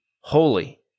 holy